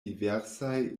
diversaj